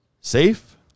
safe